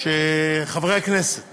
שחברי הכנסת